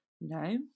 no